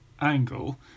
angle